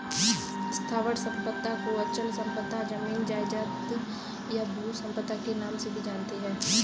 स्थावर संपदा को अचल संपदा, जमीन जायजाद, या भू संपदा के नाम से भी जानते हैं